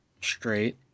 straight